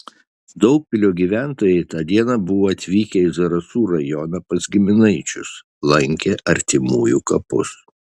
daugpilio gyventojai tą dieną buvo atvykę į zarasų rajoną pas giminaičius lankė artimųjų kapus